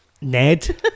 Ned